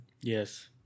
Yes